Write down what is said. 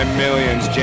millions